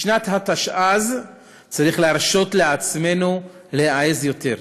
בשנת התשע"ז צריך להרשות לעצמנו להעז יותר: